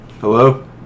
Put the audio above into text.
Hello